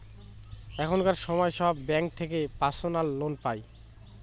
এখনকার সময় সব ব্যাঙ্ক থেকে পার্সোনাল লোন পাই